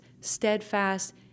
steadfast